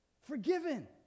Forgiven